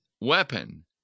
weapon